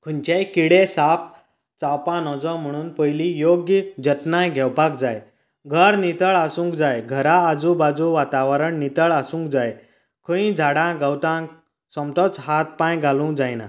खंयचेय किडें साप चाबपाक नजो म्हुणून पयली योग्य जतनाय घेवपाक जाय घर नितळ आसूंक जाय घरां आजू बाजू वातावरण नितळ आसूंक जाय खंय झाडां गवतांक सोमतोच हात पांय घालूंक जायना